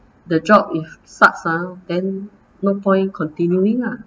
the job if sucks ah then no point continuing lah